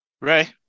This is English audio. Ray